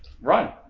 run